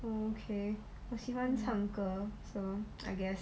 oh okay 我喜欢唱歌 so I guess